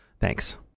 Thanks